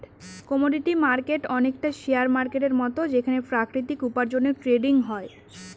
commodity market অনেকটা share মার্কেটের মতন যেখানে প্রাকৃতিক উপার্জনের ট্রেডিং হয়